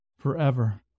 forever